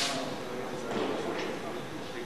עבודה